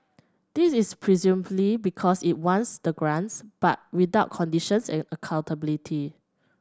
this is presumably because it wants the grants but without conditions and accountability